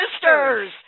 sisters